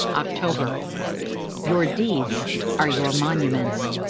october your deeds are your monuments.